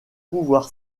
pouvoir